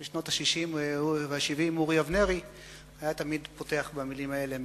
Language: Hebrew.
בשנות ה-60 וה-70 אורי אבנרי היה תמיד פותח במלים האלה,